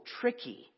tricky